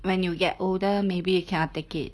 when you get older maybe you cannot take it